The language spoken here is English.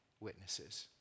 witnesses